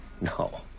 No